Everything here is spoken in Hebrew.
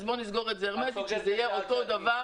אז בואו נסגור את זה הרמטית כך שזה יהיה אותו דבר,